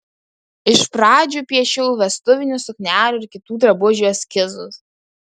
iš pradžių piešiau vestuvinių suknelių ir kitų drabužių eskizus